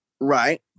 Right